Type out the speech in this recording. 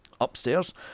Upstairs